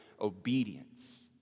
obedience